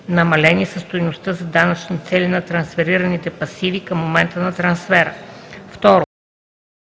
намалена със стойността за данъчни цели на трансферираните пасиви към момента на трансфера;